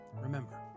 Remember